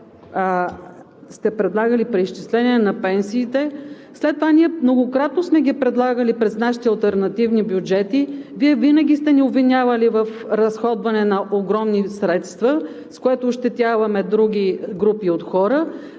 сте предлагали преизчисления на пенсиите, след това ние многократно сме ги предлагали през нашите алтернативни бюджети, Вие винаги сте ни обвинявали в разходване на огромни средства, с което ощетяваме други групи от хора.